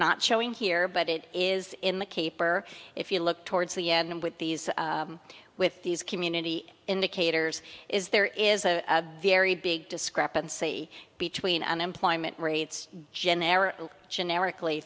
not showing here but it is in the caper if you look towards the end with these with these community indicators is there is a very big discrepancy between unemployment rates generic generically